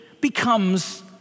becomes